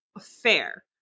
fair